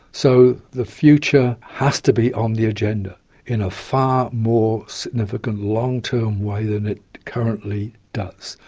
so the future has to be on the agenda in a far more significant, long-term way than it currently does.